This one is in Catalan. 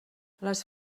les